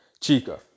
Chica